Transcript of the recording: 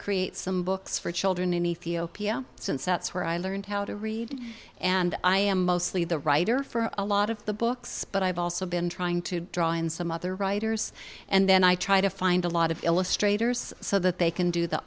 create some books for children in ethiopia since that's where i learned how to read and i am mostly the writer for a lot of the books but i've also been trying to draw in some other writers and then i try to find a lot of illustrators so that they can do the